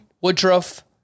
Woodruff